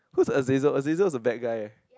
who's Azazel Azazel is a bad guy eh